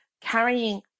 carrying